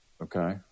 okay